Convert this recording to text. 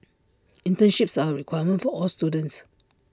internships are A requirement for all students